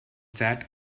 that